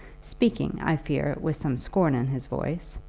speaking i fear with some scorn in his voice,